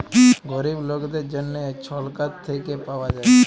গরিব লকদের জ্যনহে ছরকার থ্যাইকে পাউয়া যায়